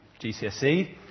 GCSE